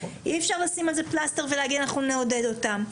אי אפשר לשים על זה פלסטר ולהגיד אנחנו נעודד אותם.